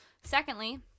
Secondly